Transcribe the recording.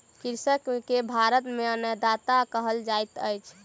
कृषक के भारत में अन्नदाता कहल जाइत अछि